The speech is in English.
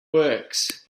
works